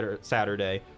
Saturday